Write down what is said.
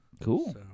Cool